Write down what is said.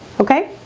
okay